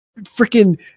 freaking